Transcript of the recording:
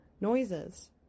noises